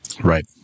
Right